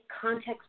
context